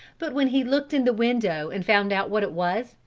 but when he looked in the window and found out what it was,